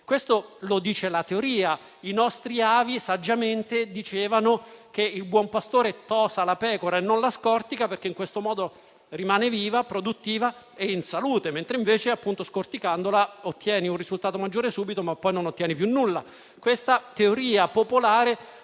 Questo lo dice la teoria e anche i nostri avi saggiamente dicevano che il buon pastore tosa la pecora e non la scortica, perché in questo modo rimane viva, produttiva e in salute, mentre scorticandola si ottiene un risultato maggiore subito, ma poi non si ottiene più nulla. Questa teoria popolare